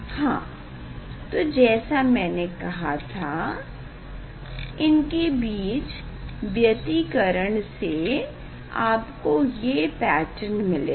हाँ तो जैसा मैंने कहा था इनके बीच व्यतिकरण से आपको ये पैटर्न मिलेगा